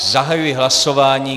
Zahajuji hlasování.